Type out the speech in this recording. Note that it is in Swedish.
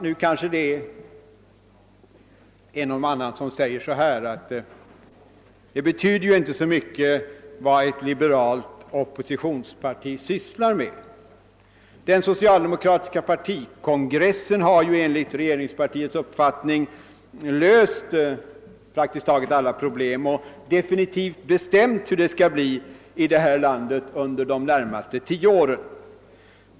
Nu kanske en och annan säger att det inte betyder så mycket vad ett liberalt oppositionsparti sysslar med — den socialdemokratiska partikongressen har ju enligt regeringspartiets uppfattning löst praktiskt taget alla problem och definitivt bestämt hur det skall bli i det här landet under de närmaste tio åren.